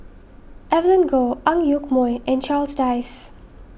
Evelyn Goh Ang Yoke Mooi and Charles Dyce